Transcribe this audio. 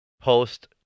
post